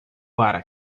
para